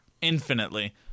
Infinitely